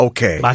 Okay